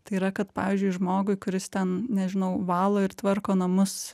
tai yra kad pavyzdžiui žmogui kuris ten nežinau valo ir tvarko namus